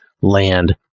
land